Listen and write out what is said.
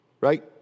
right